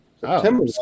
September